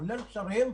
כולל השרים,